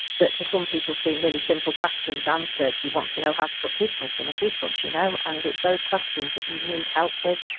that to some people seem really simple questions, answered you want to know how to put toothpaste on a toothbrush, you know, and it's those questions that you need help with.